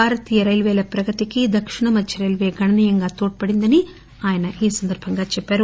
భారతీయ రైల్వేల ప్రగతికి దక్షిణ మధ్య రైల్వే గణనీయంగా తోడ్పడిందని ఆయన ఈ సందర్బంగా చెప్పారు